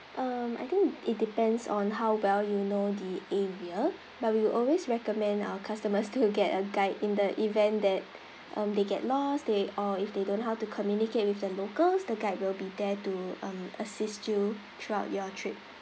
um I think it depends on how well you know the area but we will always recommend our customers to get a guide in the event that um they get lost they or if they don't know how to communicate with the locals the guide will be there to um assist you throughout your trip